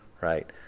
right